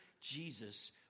jesus